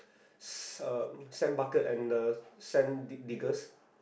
s~ uh sand bucket and the sand dig diggers